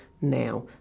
now